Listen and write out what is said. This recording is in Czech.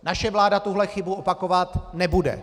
Naše vláda tuhle chybu opakovat nebude.